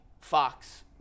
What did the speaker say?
Fox